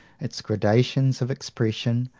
its gradations of expression,